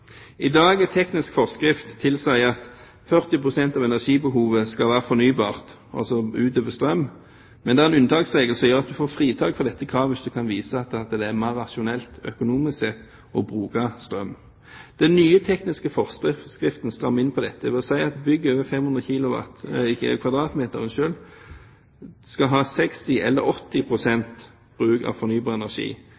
I dag tilsier teknisk forskrift at 40 pst. av energibehovet skal være fornybart – altså utover strøm – men det er en unntaksregel som sier at du får fritak fra dette kravet hvis du kan vise til at det er mer rasjonelt økonomisk sett å bruke strøm. De nye tekniske forskriftene strammer inn på dette ved å si at bygg over 500 m2 skal ha 60 eller 80